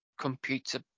computer